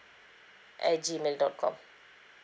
at gmail dot com